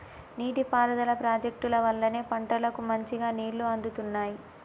నీటి పారుదల ప్రాజెక్టుల వల్లనే పంటలకు మంచిగా నీళ్లు అందుతున్నాయి